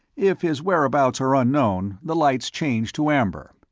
if his whereabouts are unknown, the light's changed to amber.